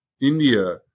India